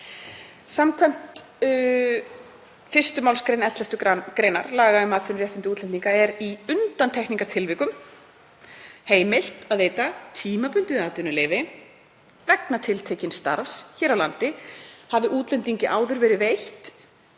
Samkvæmt 1. mgr. 11. gr. laga um atvinnuréttindi útlendinga er í undantekningartilvikum heimilt að veita tímabundið atvinnuleyfi vegna tiltekins starfs hér á landi hafi útlendingi áður verið veitt